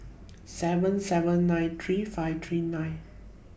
seven seven nine three five three nine